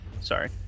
Sorry